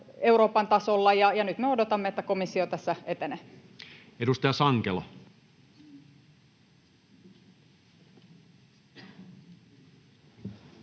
Euroopan tasolla, ja nyt me odotamme, että komissio tässä etenee. Edustaja Sankelo.